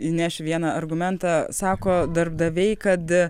įnešiu vieną argumentą sako darbdaviai kad